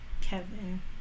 Kevin